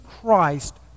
Christ